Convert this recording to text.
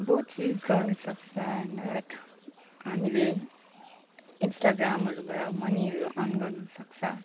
बहुत चिज गर्नु सक्छ हैन लाइक हामीले इन्स्टाग्रामहरूबाट मनीहरू अर्न गर्नु सक्छ